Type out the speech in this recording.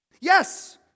Yes